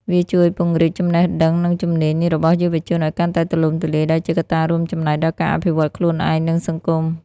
វាជួយ ពង្រីកចំណេះដឹង និងជំនាញ របស់យុវជនឱ្យកាន់តែទូលំទូលាយ ដែលជាកត្តារួមចំណែកដល់ការអភិវឌ្ឍន៍ខ្លួនឯង និងសង្គម។